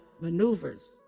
maneuvers